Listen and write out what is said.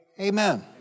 Amen